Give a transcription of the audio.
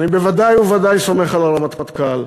אני בוודאי ובוודאי סומך על הרמטכ"ל,